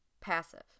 passive